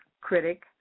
critic